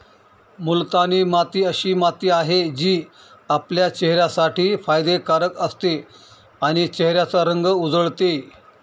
मुलतानी माती अशी माती आहे, जी आपल्या चेहऱ्यासाठी फायदे कारक असते आणि चेहऱ्याचा रंग उजळते